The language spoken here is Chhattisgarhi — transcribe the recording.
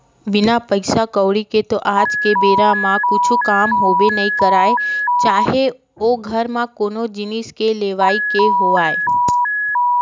बिन पइसा कउड़ी के तो आज के बेरा म कुछु काम होबे नइ करय चाहे ओ घर म कोनो जिनिस के लेवई के होवय